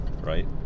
right